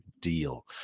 deal